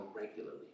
regularly